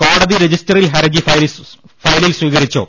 കോടതി രജിസ്റ്ററിൽ ഹരജി ഫയലിൽ സ്വീകരിച്ചു